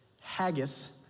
Haggith